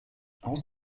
aus